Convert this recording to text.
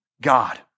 God